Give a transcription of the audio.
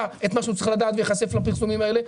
את מה שהוא צריך לדעת וייחשף לפרסומים האלה,